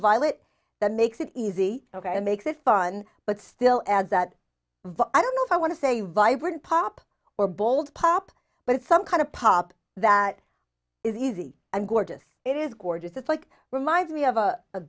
violet that makes it easy ok and makes it fun but still adds that i don't know if i want to say vibrant pop or bold pop but it's some kind of pop that is easy and gorgeous it is gorgeous it's like reminds me of a